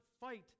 fight